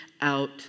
out